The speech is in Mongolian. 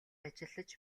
ажиллаж